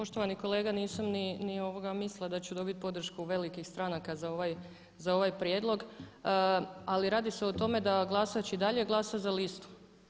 Poštovani kolega nisam ni mislila da ću dobiti podršku velikih stranaka za ovaj prijedlog, ali radi se o tome da glasač i dalje glasa za listu.